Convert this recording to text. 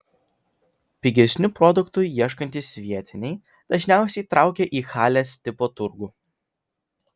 pigesnių produktų ieškantys vietiniai dažniausiai traukia į halės tipo turgų